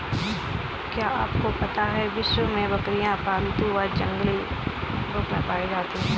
क्या आपको पता है विश्व में बकरियाँ पालतू व जंगली रूप में पाई जाती हैं?